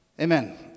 Amen